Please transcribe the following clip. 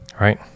right